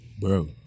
bro